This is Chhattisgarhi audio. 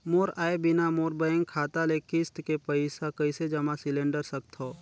मोर आय बिना मोर बैंक खाता ले किस्त के पईसा कइसे जमा सिलेंडर सकथव?